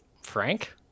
Frank